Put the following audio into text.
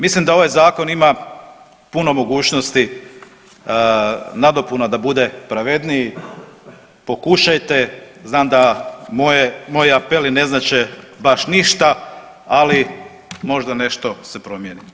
Mislim da ovaj zakon ima puno mogućnosti nadopuna da bude pravedniji, pokušajte znam da moj apeli ne znače baš ništa, ali možda nešto se promijeni.